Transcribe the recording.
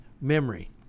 memory